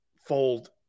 fold